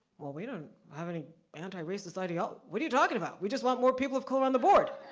well, we don't have any anti-racist idealo what are you talking about? we just want more people of color on the board.